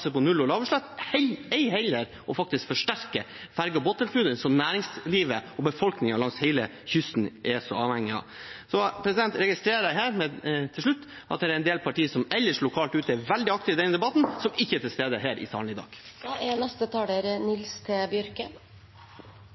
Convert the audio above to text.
på null- og lavutslipp, ei heller å forsterke båt- og fergetilbudet, som næringslivet og befolkningen langs hele kysten er så avhengig av. Til slutt: Jeg registrerer at det er en del partier som ellers, ute lokalt, er veldig aktive i denne debatten, som ikke er til stede i salen i dag. Eg er